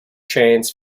trains